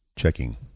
checking